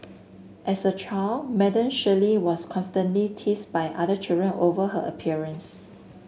as a child Madam Shirley was constantly teased by other children over her appearance